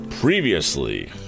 Previously